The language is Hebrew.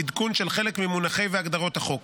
עדכון של חלק מהמונחים והגדרות החוק,